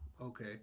Okay